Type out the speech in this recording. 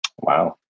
Wow